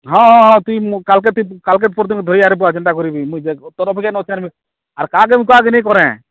ହଁ ହଁ ହଁ ତୁଇ ମୁଁ କାଲ୍କେ କାଲ୍କେ ପର୍ଦିନ୍ ଧରି ଆନିବୁ କେନ୍ତାକରି ମୁଇଁ ତରବରିଆ ନ ଚାହିଁବି ଆର୍କା ଯେନ୍ କାଜ୍ ନାଇଁ କରେ